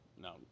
No